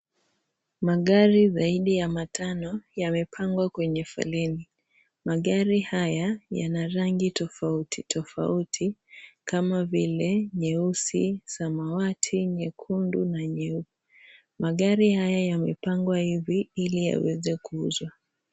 Magari zaidi ya matano, yamepangwa kwenye foleni. Magari haya ,yana rangi tofauti tofauti kama vile, nyeusi, samawati, nyekundu na nyeupe. Magari haya yamepangwa hivi ili yaweze kuuzwa.